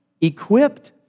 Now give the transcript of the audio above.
equipped